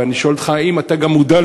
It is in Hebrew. ואני שואל אותך: האם אתה גם מודע,